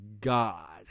God